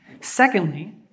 Secondly